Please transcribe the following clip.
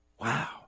Wow